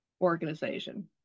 organization